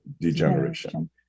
Degeneration